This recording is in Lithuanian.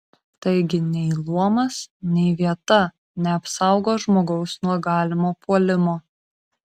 taigi nei luomas nei vieta neapsaugo žmogaus nuo galimo puolimo